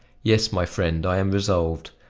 yes, my friend, i am resolved.